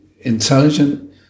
intelligent